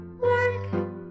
work